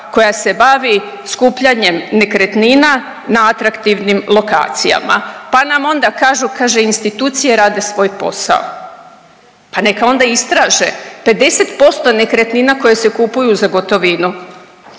koja se bavi skupljanjem nekretnina na atraktivnim lokacijama pa nam onda kažu, kaže institucije rade svoj posao. Pa neka onda istraže. 50% nekretnina koje se kupuju za gotovinu